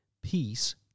peace